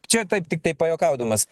čia taip tiktai pajuokaudamas